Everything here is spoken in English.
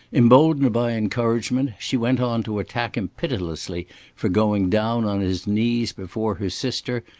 emboldened by encouragement, she went on to attack him pitilessly for going down on his knees before her sister,